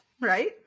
Right